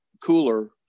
cooler